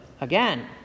again